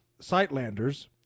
Sightlanders